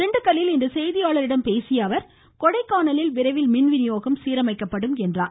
திண்டுக்கல்லில் இன்று செய்தியாளர்களிடம் பேசிய அவர் கொடைக்கானலில் விரைவில் மின்வினியோகம் சீரமைக்கப்படும் என்றார்